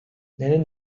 nennen